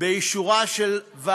זה לא